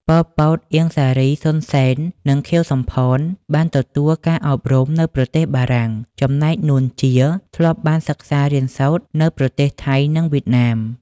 ប៉ុល ពត, អៀង សារី, សុន សេន និង ខៀវសំផន បានទទួលការអប់រំនៅប្រទេសបារាំង ចំណែក នួន ជា ធ្លាប់បានសិក្សារៀនសូត្រនៅប្រទេសថៃនិងវៀតណាម ។